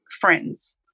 friends